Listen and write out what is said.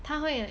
它会 like